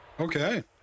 Okay